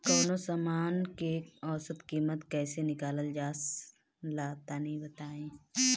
कवनो समान के औसत कीमत कैसे निकालल जा ला तनी बताई?